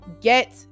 Get